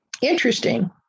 interesting